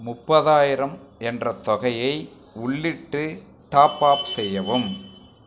முப்பத்தாயிரம் என்ற தொகையை உள்ளிட்டு டாப்அப் செய்யவும்